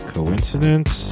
Coincidence